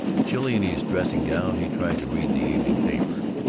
chilly in his dressing-gown he tried to read the evening paper.